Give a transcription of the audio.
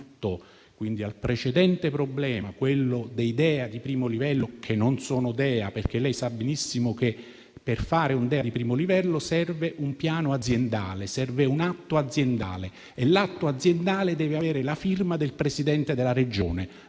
dal precedente problema dei DEA di primo livello, che non sono DEA, perché lei sa benissimo che per fare un DEA di primo livello serve un piano, un atto aziendale, che deve avere la firma del Presidente della Regione.